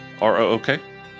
R-O-O-K